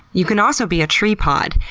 you can also be a tree pod.